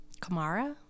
Kamara